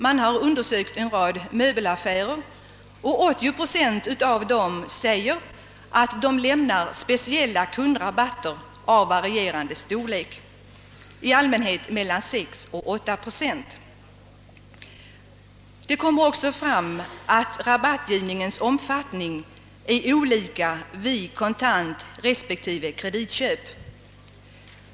Man har undersökt en rad möbelaffärer, och 80 procent av dessa lämnar speciella kundrabatter av varierande storlek, i allmänhet 6—38 procent. Det kom också fram att rabattgivningens omfattning är olika vid kontantrespektive kreditköp.